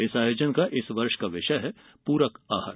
इस आयोजन का इस वर्ष का विषय है पूरक आहार